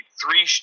three